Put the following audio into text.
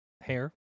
hair